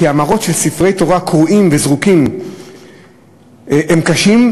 כי "המראות של ספרי תורה קרועים וזרוקים הם קשים,